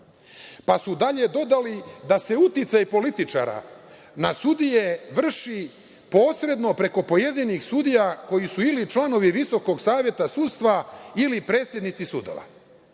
Dalje su dodali, da se uticaj političara na sudije vrši posredno preko pojedinih sudija koji su ili članovi Visokog saveta sudstva, ili predsednici sudova.